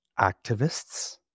activists